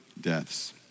deaths